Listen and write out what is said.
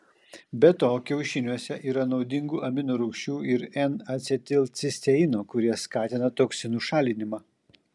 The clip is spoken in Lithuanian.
be to kiaušiniuose yra naudingų aminorūgščių ir n acetilcisteino kurie skatina toksinų šalinimą